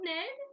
Ned